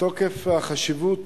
מתוקף החשיבות